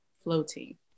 floating